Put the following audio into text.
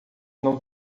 não